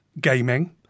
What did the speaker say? gaming